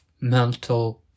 mental